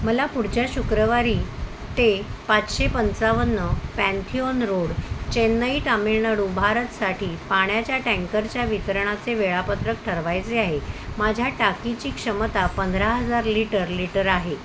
मला पुढच्या शुक्रवारी ते पाचशे पंचावन्न पॅनथियॉन रोड चेन्नई तामिळनाडू भारतसाठी पाण्याच्या टँकरच्या वितरणाचे वेळापत्रक ठरवायचे आहे माझ्या टाकीची क्षमता पंधरा हजार लिटर लिटर आहे